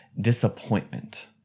disappointment